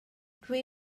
dwi